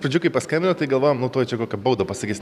pradžių kai paskambino tai galvojam nu tuoj čia kokią baudą pasakys nes